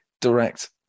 direct